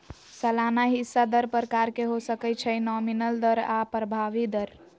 सलाना हिस्सा दर प्रकार के हो सकइ छइ नॉमिनल दर आऽ प्रभावी दर